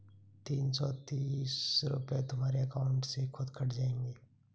तीन सौ तीस रूपए तुम्हारे अकाउंट से खुद कट जाएंगे